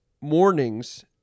mornings